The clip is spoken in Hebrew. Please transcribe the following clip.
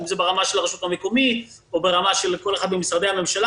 אם זה ברמה של הרשות המקומית או ברמה של כל אחד ממשרדי הממשלה,